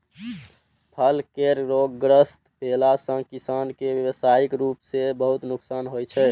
फल केर रोगग्रस्त भेला सं किसान कें व्यावसायिक रूप सं बहुत नुकसान होइ छै